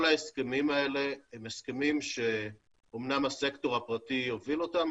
כל ההסכמים האלה הם הסכמים שאמנם הסקטור הפרטי הוביל אותם,